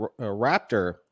Raptor